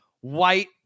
white